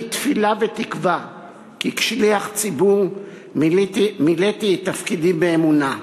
אני תפילה ותקווה כי כשליח ציבור מילאתי את תפקידי באמונה.